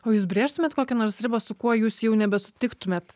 o jūs brėžtumėt kokią nors ribą su kuo jūs jau nebesutiktumėt